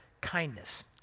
kindness